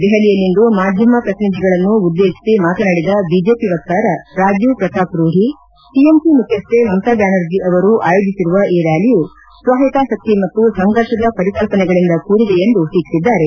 ದೆಹಲಿಯಲ್ಲಿಂದು ಮಾಧ್ವಮ ಪ್ರತಿನಿಧಿಗಳನ್ನು ಉದ್ದೇಶಿಸಿ ಮಾತನಾಡಿದ ಬಿಜೆಪಿ ವಕ್ತಾರ ರಾಜೀವ್ ಪ್ರತಾಪ್ ರೂಢಿ ಟಿಎಂಸಿ ಮುಖ್ಯಸ್ನೆ ಮಮತಾ ಬ್ಲಾನರ್ಜಿ ಅವರು ಆಯೋಜಿಸಿರುವ ಈ ರ್ನಾಲಿಯು ಸ್ವಹಿತಾಸಕ್ತಿ ಮತ್ತು ಸಂಫರ್ಷದ ಪರಿಕಲ್ಲನೆಗಳಿಂದ ಕೂಡಿದೆ ಎಂದು ಅವರು ಟೀಕಿಸಿದ್ದಾರೆ